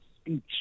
speech